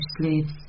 slaves